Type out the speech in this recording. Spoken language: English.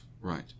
Right